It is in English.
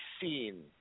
seen